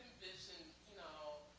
envisioned, you know,